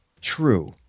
true